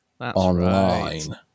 Online